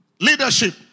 Leadership